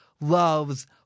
loves